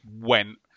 went